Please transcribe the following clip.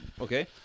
Okay